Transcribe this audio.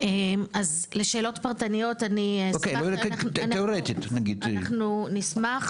לשאלות פרטניות אנחנו נשמח,